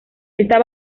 esta